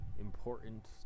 important